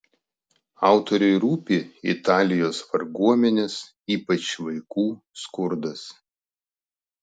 autoriui rūpi italijos varguomenės ypač vaikų skurdas